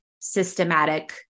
systematic